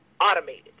automated